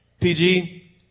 PG